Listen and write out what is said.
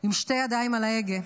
עם שתי ידיים על ההגה.